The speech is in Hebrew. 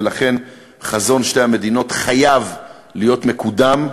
ולכן חזון שתי המדינות חייב להיות מקודם,